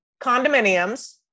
condominiums